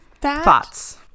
Thoughts